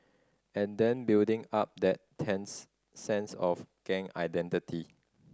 and then building up that tense sense of gang identity